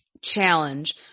challenge